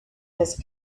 his